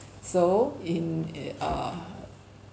so in a uh